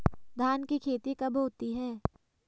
धान की खेती कब होती है?